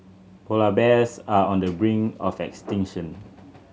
polar bears are on the brink of extinction